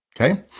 okay